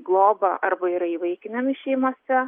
globą arba yra įvaikinami šeimose